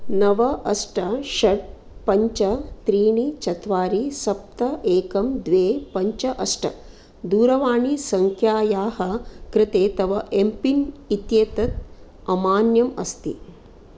नव अष्ट षट् पञ्च त्रीणि चत्वारि सप्त एकं द्वे पञ्च अष्ट दूरवाणीसङ्ख्यायाः कृते तव एम्पिन् इत्येतत् अमान्यम् अस्ति